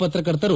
ಪತ್ರಕರ್ತರು